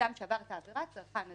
האדם שעבר את העבירה, צרכן הזנות,